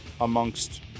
amongst